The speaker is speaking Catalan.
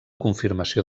confirmació